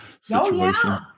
situation